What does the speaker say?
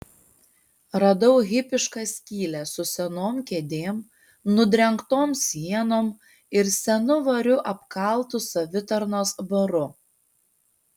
radau hipišką skylę su senom kėdėm nudrengtom sienom ir senu variu apkaltu savitarnos baru